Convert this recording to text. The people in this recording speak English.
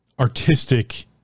artistic